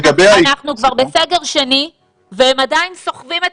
אנחנו כבר בסגר שני והם עדיין סוחבים את